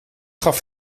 gaf